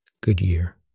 Goodyear